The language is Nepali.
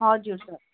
हजुर सर